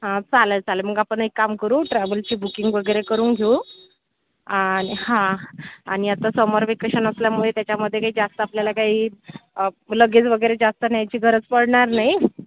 हां चालेल चालेल मग आपण एक काम करू ट्रॅव्हलची बुकिंग वगैरे करून घेऊ आणि हां आणि आता समर व्हेकेशन असल्यामुळे त्याच्यामध्ये काही जास्त आपल्याला काही लगेज वगैरे जास्त न्यायची गरज पडणार नाही